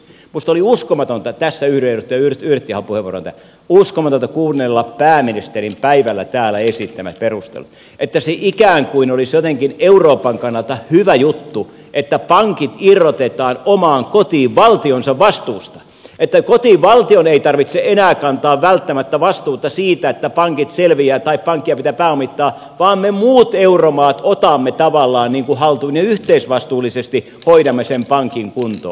minusta oli uskomatonta tässä yhdyn edustaja yrttiahon puheenvuoroon tänään kuunnella pääministerin päivällä täällä esittämät perustelut että se ikään kuin olisi jotenkin euroopan kannalta hyvä juttu että pankit irrotetaan oman kotivaltionsa vastuusta että kotivaltion ei tarvitse enää kantaa välttämättä vastuuta siitä että pankit selviävät tai pankkeja pitää pääomittaa vaan me muut euromaat otamme tavallaan haltuun ja yhteisvastuullisesti hoidamme sen pankin kuntoon